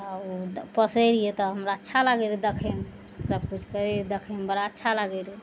आओर पोसय रहियइ तऽ हमरा अच्छा लागय रहय देखयमे सबकिछु करय देखयमे बड़ा अच्छा लागय रहय